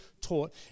taught